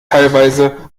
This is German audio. teilweise